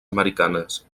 americanes